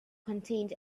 contained